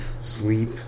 sleep